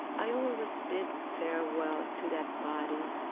i always bid farewell to that body,